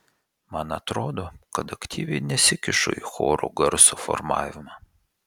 man atrodo kad aktyviai nesikišu į choro garso formavimą